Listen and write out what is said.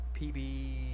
PB